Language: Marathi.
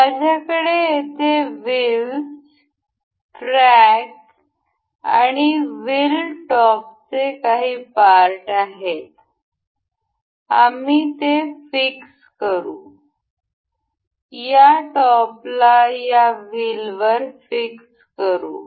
माझ्याकडे येथे व्हीलस ट्रॅक आणि व्हील टॉपचे काही पार्ट आहेत आम्ही हे फिक्स करू या टॉपला या व्हीलवर फिक्स करू